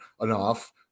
enough